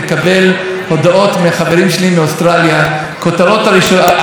הכותרות הראשיות בכל העיתונים הן על כך שממשלת אוסטרליה